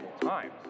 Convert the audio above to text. times